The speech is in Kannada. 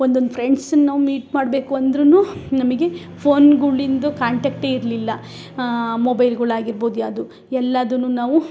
ಒಂದೊಂದು ಫ್ರೆಂಡ್ಸನ್ನು ನಾವು ಮೀಟ್ ಮಾಡಬೇಕು ಅಂದ್ರು ನಮಗೆ ಫೋನ್ಗಳಿಂದ್ ಕಾಂಟೆಕ್ಟೇ ಇರಲಿಲ್ಲ ಮೊಬೈಲ್ಗಳಾಗಿರ್ಬೋದು ಯಾವುದು ಎಲ್ಲದನ್ನು ನಾವು